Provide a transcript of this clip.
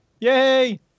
Yay